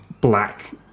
black